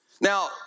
Now